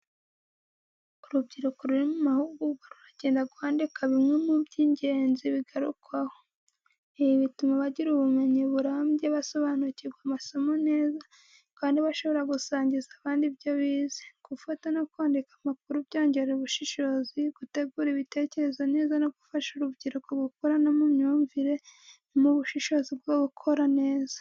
Urubyiruko ruri mu mahugurwa rugenda rwandika bimwe mu by’ingenzi bigarukwaho. Ibi bituma bagira ubumenyi burambye, basobanukirwa amasomo neza, kandi bashobora gusangiza abandi ibyo bize. Gufata no kwandika amakuru byongera ubushishozi, gutegura ibitekerezo neza no gufasha urubyiruko gukura mu myumvire no mu bushobozi bwo gukora neza.